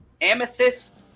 amethyst